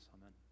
Amen